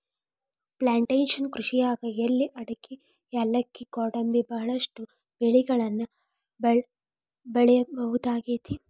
plantation ಕೃಷಿಯಾಗ್ ಎಲಿ ಅಡಕಿ ಯಾಲಕ್ಕಿ ಗ್ವಾಡಂಬಿ ಬಹಳಷ್ಟು ಬೆಳಿಗಳನ್ನ ಬೆಳಿಬಹುದಾಗೇತಿ